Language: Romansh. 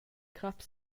crap